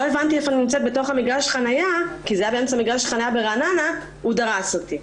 לא הבנתי איפה אני נמצאת בתוך מגרש החנייה ברעננה והוא דרס אותי.